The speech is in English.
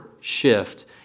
shift